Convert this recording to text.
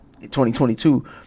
2022